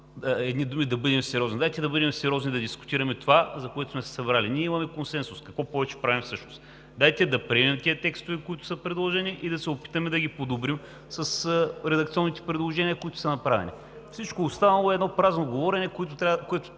едни думи – да бъдем сериозни. Дайте да бъдем сериозни, да дискутираме това, за което сме се събрали! Ние имаме консенсус, какво повече правим всъщност? Дайте да приемем тези текстове, които са предложени, и да се опитаме да ги подобрим с редакционните предложения, които са направени. Всичко останало е едно празно говорене, което